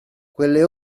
quelle